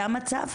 זה המצב?